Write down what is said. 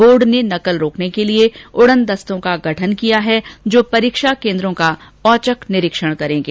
board ने नकल रोकने के लिए उड़न दस्तों का गठन किया है जो परीक्षा कोन्द्रों का औचक निरीक्षण करेंगे